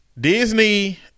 Disney